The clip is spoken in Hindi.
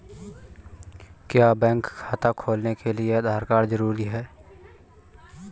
क्या बैंक खाता खोलने के लिए आधार कार्ड जरूरी है?